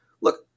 look